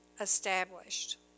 established